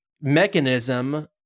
mechanism